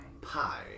pie